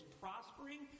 prospering